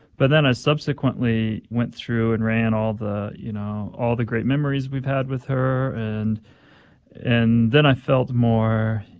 but then i subsequently went through and ran all the, you know, all the great memories we've had with her. and and then i felt more, you